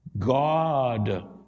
God